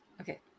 Okay